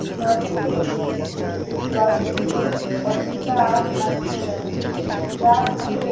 মানুষের জলসেচে অসুবিধা আর থাকছে না যার ফলে